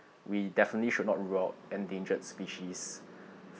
we definitely should not rob endangered species